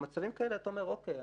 במצבים כאלה אתה אומר: אוקיי,